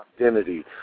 identity